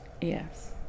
Yes